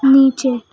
نیچے